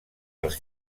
els